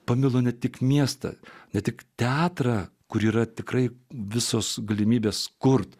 pamilo ne tik miestą ne tik teatrą kur yra tikrai visos galimybės kurti